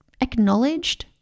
acknowledged